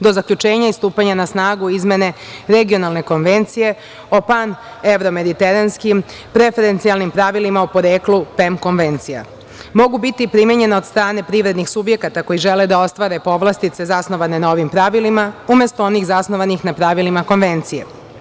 Do zaključenja i stupanja na snagu izmene Regionalne konvencije o pan-evro-mediteranskim preferencijalnim pravilima o poreklu PEM konvencije, mogu biti primenjena od strane privrednih subjekata koji žele da ostvare povlastice zasnovane na ovim pravilima, umesto onih zasnovanih na pravilima konvencije.